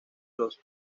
los